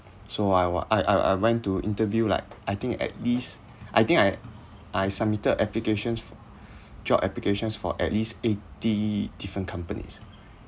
so I went I I I went to interview like I think at least I think I I submitted applications for job applications for at least eighty different companies